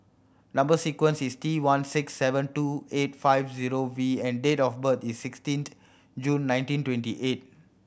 number sequence is T one six seven two eight five zero V and date of birth is sixteenth June nineteen twenty eight